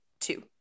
two